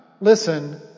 listen